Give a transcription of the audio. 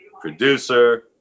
producer